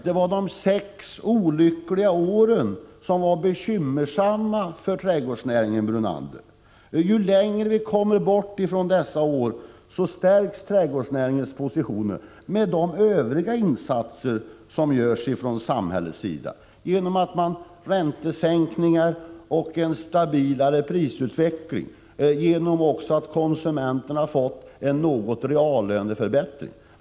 Det var de sex olyckliga åren som var bekymmersamma för trädgårdsnäringen, Brunander. Ju längre vi kommer bort från dessa år, desto mer stärks trädgårdsnäringens positioner, också genom de övriga insatser som görs från samhällets sida i form av räntesänkningar, tack vare en stabilare prisutveckling och även genom att konsumenterna har fått en viss reallöneförbättring.